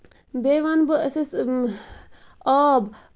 بیٚیہِ وَنہٕ بہٕ أسۍ ٲسۍ آب